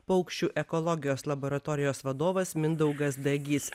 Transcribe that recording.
paukščių ekologijos laboratorijos vadovas mindaugas dagys